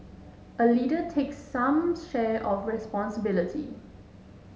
a leader takes some share of responsibility